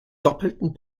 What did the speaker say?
doppelten